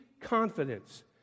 confidence